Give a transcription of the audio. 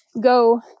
go